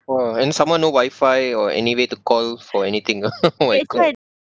!wah! then some more no wifi or anyway to call for anything ah oh my god